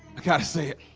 i gotta say